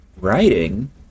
Writing